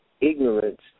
ignorance